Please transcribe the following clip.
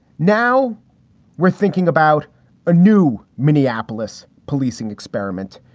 now we're thinking about a new minneapolis policing experiment.